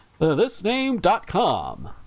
thisname.com